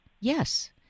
yes